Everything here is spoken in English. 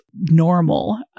normal